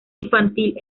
infantil